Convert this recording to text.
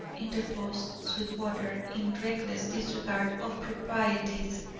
interposed sweetwater, in reckless disregard of proprieties.